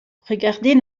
regardez